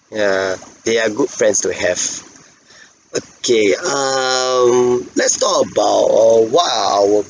ya they are good friends to have okay um let's talk about uh what are our